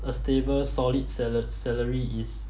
a stable solid salar~ salary is